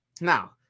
Now